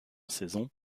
saisons